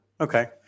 okay